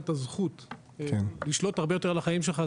הזכות לשלוט הרבה יותר על החיים שלך,